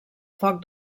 foc